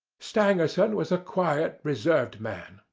stangerson was a quiet reserved man,